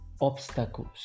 obstacles